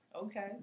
Okay